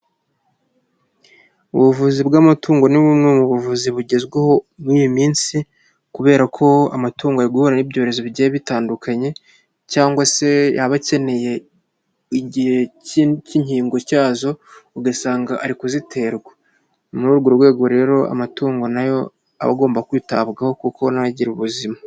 Ubuvuzi bw'amatungo ni bumwe mu buvuzi bugezweho muri iyi minsi kubera ko amatungo ari guhura n'ibyorezo bigiye bitandukanye cyangwa se yaba akeneye igihe k'inkingo cyazo ugasanga ari kuziterwa, ni muri urwo rwego rero amatungo na yo aba agomba kwitabwaho kuko na yo agira ubuzima.